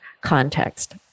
context